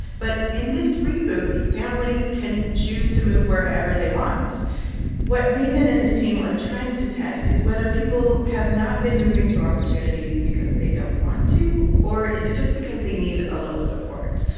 but in this reboot, families can choose to move wherever they want what nathan and his team are trying to test is whether people have not been moving to opportunity because they don't want to, or is it just because they need a little support?